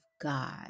God